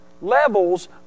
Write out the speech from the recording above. levels